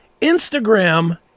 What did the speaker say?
Instagram